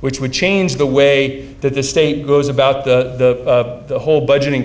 which would change the way that the state goes about the whole budgeting